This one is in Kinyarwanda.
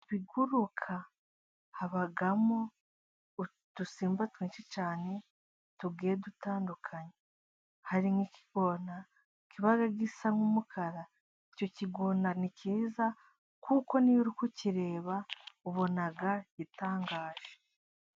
Mu biguruka habamo udusimba twinshi cyane tugiye dutandukanye. hari nk'igikona, kiba gisa nk'umukara, icyo gikona ni cyiza, kuko n'iyo uri kukirereba ubona gitangaje.